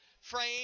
frame